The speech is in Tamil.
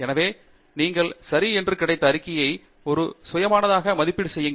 எனவே நீங்கள் சரி என்று கிடைத்த அறிக்கையை ஒரு சுயாதீனமான மதிப்பீடு செய்யுங்கள்